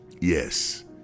Yes